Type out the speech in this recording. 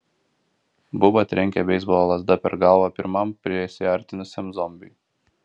buba trenkė beisbolo lazda per galvą pirmam prisiartinusiam zombiui